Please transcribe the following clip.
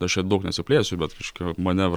aš čia daug nesiplėsiu bet kažkokio manevro